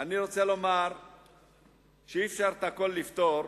אני רוצה לומר שאי-אפשר הכול לפתור